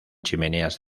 chimeneas